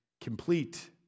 complete